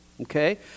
okay